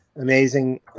amazing